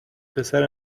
پسر